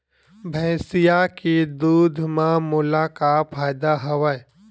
भैंसिया के दूध म मोला का फ़ायदा हवय?